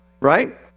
right